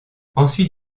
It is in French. ensuite